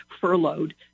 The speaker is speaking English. furloughed